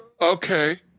Okay